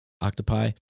octopi